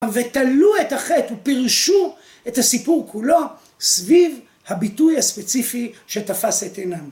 ותלו את החטא ופרשו את הסיפור כולו סביב הביטוי הספציפי שתפס את עינם.